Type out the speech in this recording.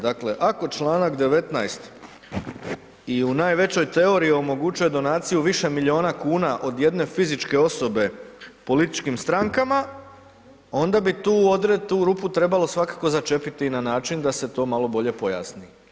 Dakle, ako članak 19., i u najvećoj teoriji omogućuje donaciju više milijuna kuna od jedne fizičke osobe političkim strankama, onda bi tu odredbu, tu rupu trebalo svakako začepiti na način da se to malo bolje pojasni.